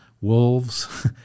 wolves